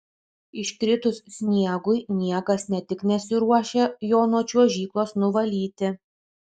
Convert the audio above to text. iškritus sniegui niekas ne tik nesiruošia jo nuo čiuožyklos nuvalyti